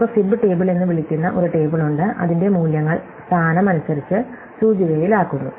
നമുക്ക് fib table എന്ന് വിളിക്കുന്ന ഒരു ടേബിൾ ഉണ്ട് അതിന്റെ മൂല്യങ്ങൾ സ്ഥാനം അനുസരിച്ച് സൂചികയിലാക്കുന്നു